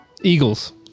Eagles